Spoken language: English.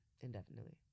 indefinitely